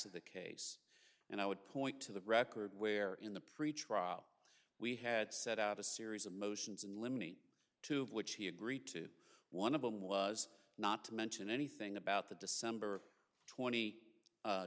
of the case and i would point to the record where in the pre trial we had set out a series of motions in limine to which he agreed to one of them was not to mention anything about the december twenty